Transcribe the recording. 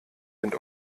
sind